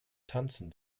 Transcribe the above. tanzen